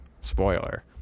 spoiler